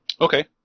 Okay